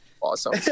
awesome